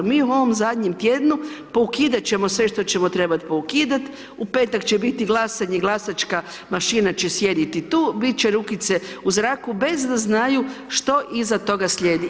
Mi u ovom zadnjem tjednu, poukidat ćemo sve što ćemo trebati poukidat, u petak će biti glasanje, glasačka mašina će sjediti tu, bit će rukice u zraku bez da znaju što iza toga slijedi.